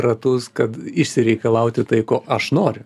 ratus kad išsireikalauti tai ko aš noriu